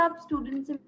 students